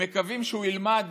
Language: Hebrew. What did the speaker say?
שהם מקווים שהוא ילמד